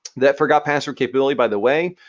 that forgot password capability, by the way,